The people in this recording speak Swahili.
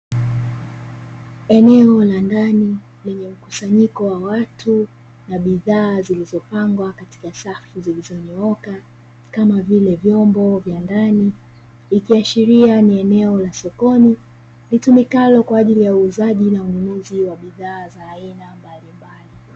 Eneo la ndani lenye mkusanyiko wa watu na bidhaa zilizopangwa katika safu zilizonyooka, kama vile vyombo vya ndani ikiwa sheria ni eneo la sokoni litumikalo kwa ajili ya uuzaji na ununuzi wa bidhaa za aina mbalimbali.